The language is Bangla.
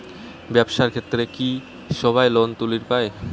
ব্যবসার ক্ষেত্রে কি সবায় লোন তুলির পায়?